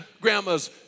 grandmas